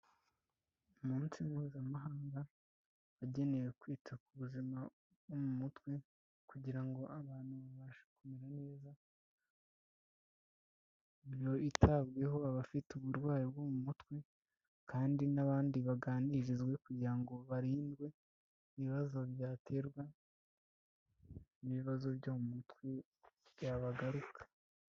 Umunsi mpuzamahanga agenewe kwita ku buzima bwo mu mutwe; kugira ngo abantu babashe kumera neza bitabweho; abafite uburwayi bwo mu mutwe kandi n'abandi baganirizwa kugira ngo barindwe ibibazo byaterwa n'ibibazo byo mu mutwe byagaruka.